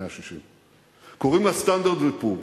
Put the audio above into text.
160. קוראים לה: Standard & Poor's.